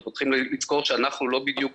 אנחנו צריכים לזכור שאנחנו לא בדיוק